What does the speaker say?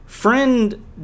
Friend